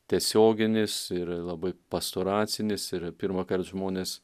tiesioginis ir labai pastoracinis ir pirmąkart žmonės